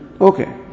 Okay